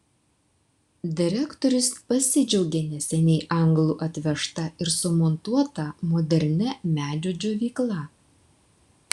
direktorius pasidžiaugė neseniai anglų atvežta ir sumontuota modernia medžio džiovykla